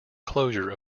closure